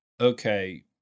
okay